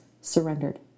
surrendered